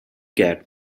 کرد